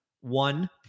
one